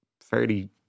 fairly